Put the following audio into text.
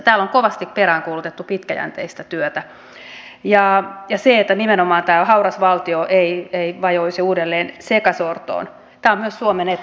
täällä on kovasti peräänkuulutettu pitkäjänteistä työtä ja se että nimenomaan tämä hauras valtio ei vajoaisi uudelleen sekasortoon on myös suomen etu